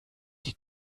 die